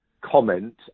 comment